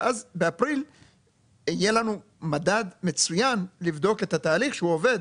ואז באפריל יהיה לנו מדד מצוין לבדוק את התהליך שהוא עובד.